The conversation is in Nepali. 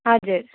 हजुर